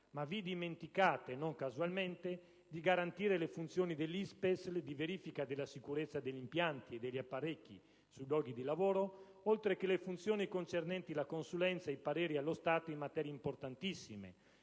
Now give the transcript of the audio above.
ma vi dimenticate, non casualmente, di garantire le funzioni dell'ISPESL di verifica della sicurezza degli impianti e degli apparecchi sui luoghi di lavoro, oltre che le funzioni concernenti la consulenza e i pareri allo Stato in materie importantissime,